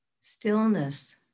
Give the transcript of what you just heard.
stillness